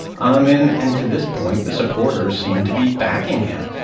um and and to this point the supporters seem to be backing him.